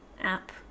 app